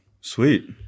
sweet